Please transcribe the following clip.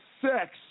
sex